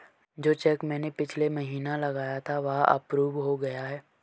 जो चैक मैंने पिछले महीना लगाया था वह अप्रूव हो गया है